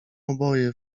oboje